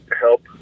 help